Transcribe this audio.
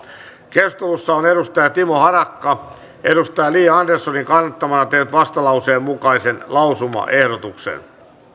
keskustelussa on timo harakka li anderssonin kannattamana tehnyt vastalauseen mukaisen lausumaehdotuksen